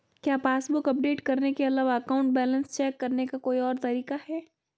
क्या passbook update करने के अलावा अकाउंट बैलेंस चेक करने का कोई और तरीका है?